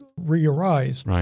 re-arise